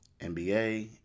nba